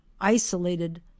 isolated